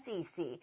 SEC